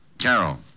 Carol